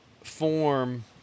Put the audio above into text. form